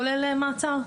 כולל מעצר,